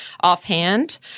offhand